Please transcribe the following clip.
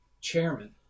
chairman